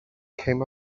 came